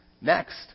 Next